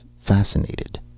fascinated